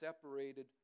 separated